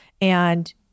And-